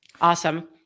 Awesome